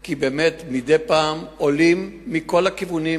כי מדי פעם עולים מכל הכיוונים